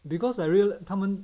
because I real 他们